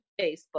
facebook